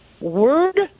word